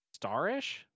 starish